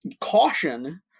caution